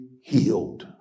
healed